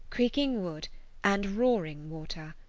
creaking wood and roaring water,